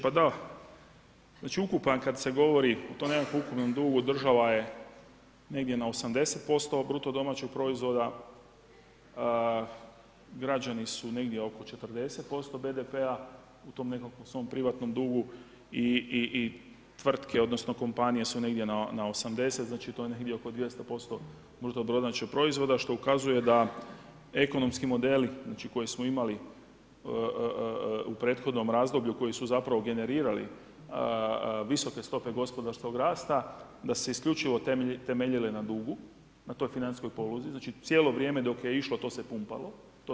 Pa da, znači kad se govori o tom nekakvom ukupnom dugu, država je negdje na 80% BDP-a, građani su negdje oko 40% BDP-a u tom nekakvom svom privatnom dugu i tvrtke odnosno kompanije su negdje na 80, znači to je negdje oko 200% BDP-a što ukazuje da ekonomski modeli koje smo imali u prethodnom razdoblju koji su zapravo generirali visoke stope gospodarskog rasta da su se isključivo temeljile na dugu, a toj financijskoj poluzi, znači cijelo vrijeme dok je išlo, to se pumpalo.